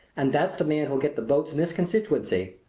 and that's the man who'll get the votes in this constituency.